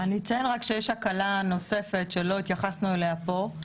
אני אציין רק שיש הקלה נוספת שלא התייחסנו אליה פה,